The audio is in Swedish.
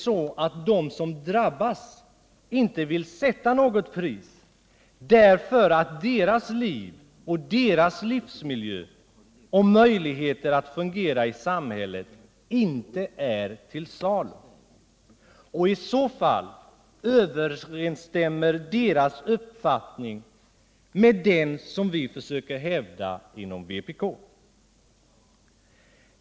så att de som drabbas inte vill sätta något pris därför att deras liv och deras livsmiljö och möjligheter att fungera i samhället inte är till salu. I så fall överensstämmer deras uppfattning med den som vi försöker hävda inom vpk.